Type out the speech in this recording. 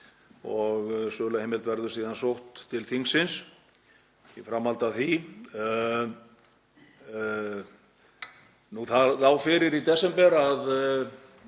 og söluheimild verður sótt til þingsins í framhaldi af því. Það lá fyrir í desember að